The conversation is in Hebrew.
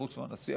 חוץ מהנשיא,